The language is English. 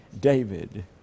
David